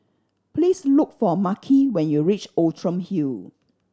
please look for Makhi when you reach Outram Hill